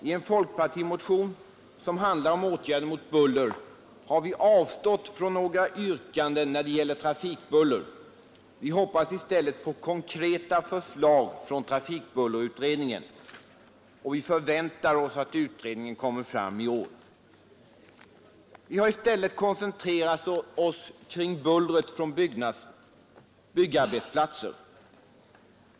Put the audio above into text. I en folkpartimotion som handlar om åtgärder mot buller har vi avstått från några yrkanden när det gäller trafikbuller. Vi hoppas i stället på konkreta förslag från trafikbullerutredningen, och vi förväntar oss att utredningen kommer fram i år. Vi har i stället koncentrerat oss kring bullret från byggarbetsplatser.